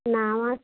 না আমার